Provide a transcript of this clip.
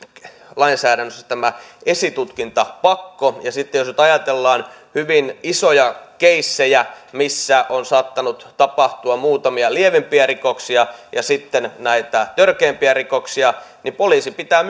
lainsäädännössä tämä esitutkintapakko ja jos nyt ajatellaan hyvin isoja keissejä missä on saattanut tapahtua muutamia lievempiä rikoksia ja sitten näitä törkeämpiä rikoksia niin poliisin pitää